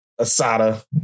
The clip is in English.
asada